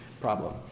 problem